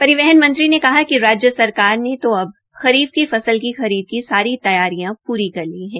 परिवहन मंत्री ने कहा कि राज्य सरकार ने तो अब खरीफ की फसल की खरीद की सारी तैयारियां पूरी कर ली हैं